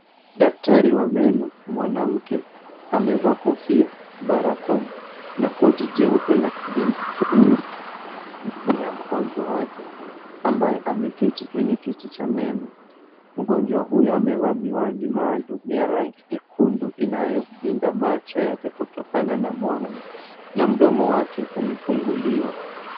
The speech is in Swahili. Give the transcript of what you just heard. Daktari wa meno mwanamke amevaa kofia, barakoa na koti jeupe la kliniki. Anamhudumia mgonjwa wake ambaye ameketi kwenye kiti cha meno. Mgonjwa huyo amevaa miwani maalum ya rangi nyekundu inayomlinda macho yake kutokana na mwanga na mdomo wake umefunguliwa.